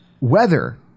weather